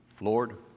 Lord